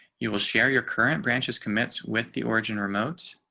you will share your current branches commits with the origin remote